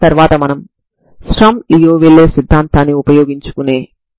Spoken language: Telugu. ఇక్కడ బెస్సెల్ సమీకరణాన్ని ఉపయోగించాల్సి వస్తుంది